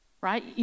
Right